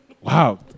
Wow